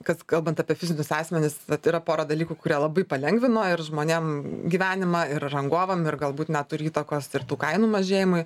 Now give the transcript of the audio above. kad kalbant apie fizinius asmenis vat yra pora dalykų kurie labai palengvino ir žmonėm gyvenimą ir rangovam ir galbūt net turi įtakos ir tų kainų mažėjimui